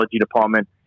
department